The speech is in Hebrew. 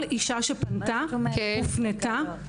כל אישה שפנתה, הופנתה למקלט.